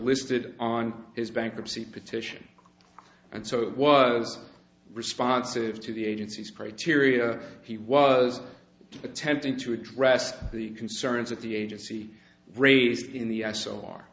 listed on his bankruptcy petition and so it was responsive to the agency's criteria he was attempting to address the concerns that the agency raised in the